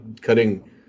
cutting